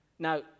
Now